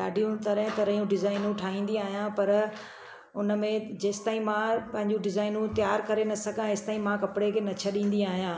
ॾाढियूं तरह तरहयूं डिज़ाइनूं ठाहींदी आहिंयां पर उन में जेंसि ताईं मां पंहिंजियूं डिज़ाइनूं तयार करे न सघां तेंसि ताईं मां कपिड़े खे न छॾींदी आहियां